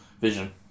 vision